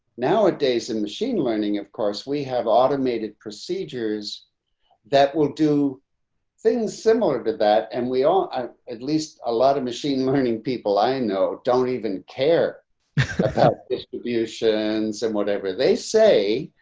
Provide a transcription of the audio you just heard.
nowadays in machine learning, of course, we have automated procedures that will do things similar to that. and we all have at least a lot of machine learning people i know don't even care about distributions and whatever they say.